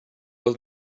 was